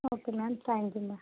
okay ma'am thank you ma'am